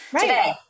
today